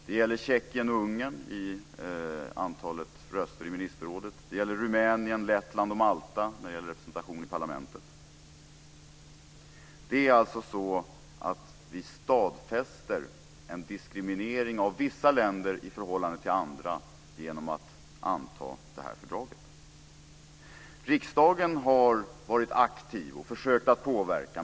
Det gäller Tjeckien och Ungern i fråga om antalet röster i ministerrådet. Det gäller Rumänien, Lettland och Malta i fråga om representation i parlamentet. Vi stadfäster alltså en diskriminering av vissa länder i förhållande till andra länder genom att anta detta fördrag. Riksdagen har varit aktiv och försökt att påverka.